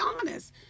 honest